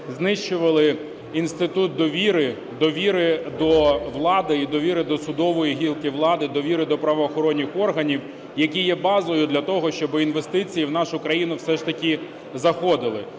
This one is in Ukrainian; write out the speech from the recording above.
знищували інститут довіри, довіри до влади і довіри до судової гілки влади, довіри до правоохоронних органів, які є базою для того, щоб інвестиції в нашу країну все ж таки заходили.